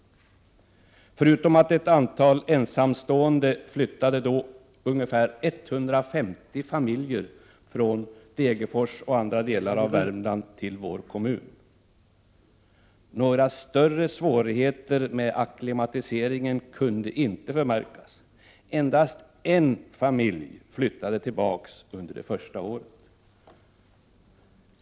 Förutom ett antal ensamstående flyttade då ungefär 150 familjer från Degerfors och andra delar av Värmland till vår kommun. Några större svårigheter med acklimatiseringen kunde inte förmärkas. Endast en familj flyttade tillbaka under det första året.